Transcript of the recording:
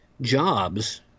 jobs